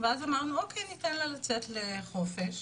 ואז נתנו לה לצאת לחופש